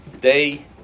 day